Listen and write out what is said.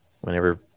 whenever